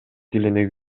тилине